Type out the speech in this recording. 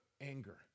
anger